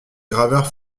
graveurs